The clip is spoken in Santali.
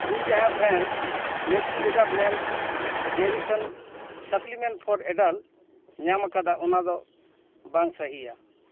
ᱤᱧ ᱡᱟᱦᱟᱸ ᱵᱨᱮᱱᱰ ᱢᱮᱠᱥᱵᱷᱤᱰᱟ balanced nutrition supplement for adult ᱧᱟᱢ ᱠᱟᱫᱟ ᱚᱱᱟᱫᱚ ᱵᱟᱝ ᱥᱟᱦᱤᱭᱟ